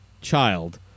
child